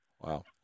wow